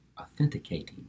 authenticating